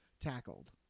tackled